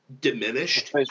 diminished